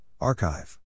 Archive